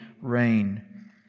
reign